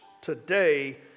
today